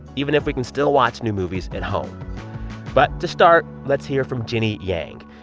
even if we can still watch new movies at home but to start, let's hear from jenny yang.